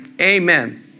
Amen